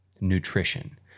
nutrition